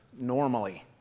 normally